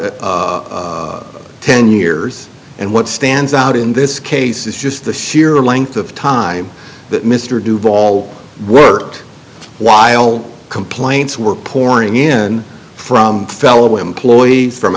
ten years and what stands out in this case is just the sheer length of time that mr duvall worked while complaints were pouring in from fellow employees from